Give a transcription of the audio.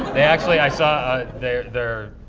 actually i saw they're they're